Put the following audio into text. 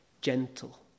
gentle